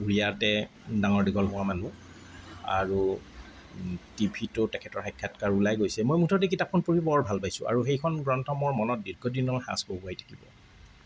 উৰিয়াতে ডাঙৰ দীঘল হোৱা মানুহ আৰু টিভিটো তেখেতৰ সাক্ষাৎকাৰ ওলাই গৈছে মই মুঠতে কিতাপখন পঢ়ি বৰ ভাল পাইছোঁ আৰু সেইখন গ্ৰন্থ মোৰ মনত দীৰ্ঘদিনৰ সাঁচ বহুৱাই থাকিব